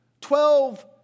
Twelve